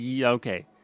Okay